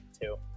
two